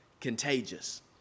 contagious